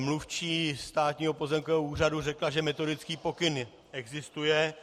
Mluvčí Státního pozemkového úřadu řekla, že metodický pokyn existuje.